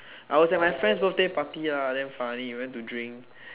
I was at my friends birthday party lah damn funny went to drink